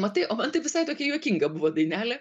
matai o man tai visai tokia juokinga buvo dainelė